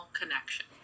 connection